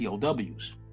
POWs